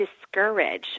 discourage